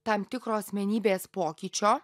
tam tikro asmenybės pokyčio